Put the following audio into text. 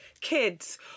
kids